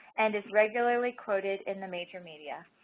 and is regularly quoted in the major media.